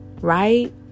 right